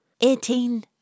Eighteen